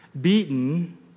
beaten